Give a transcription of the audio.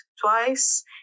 twice